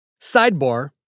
Sidebar